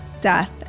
Death